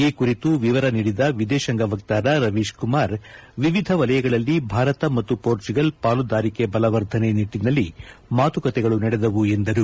ಈ ಕುರಿತು ವಿವರ ನೀಡಿದ ವಿದೇಶಾಂಗ ವಕ್ತಾರ ರವೀಶ್ಕುಮಾರ್ ವಿವಿಧ ವಲಯಗಳಲ್ಲಿ ಭಾರತ ಮತ್ತು ಪೋರ್ಚುಗಲ್ ಪಾಲುದಾರಿಕೆ ಬಲವರ್ಧನೆ ನಿಟ್ಟಿನಲ್ಲಿ ಮಾತುಕತೆಗಳು ನಡೆದವು ಎಂದರು